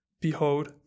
Behold